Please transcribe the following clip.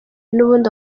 n’ubundi